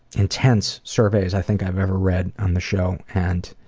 intense surveys i think i've ever read on the show and